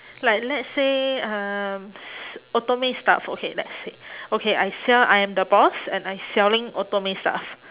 like let's say um s~ otome stuff okay let's say okay I sell I am the boss and I selling otome stuff